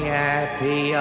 happy